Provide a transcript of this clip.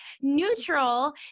neutral